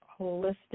holistic